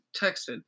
Texted